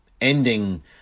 ending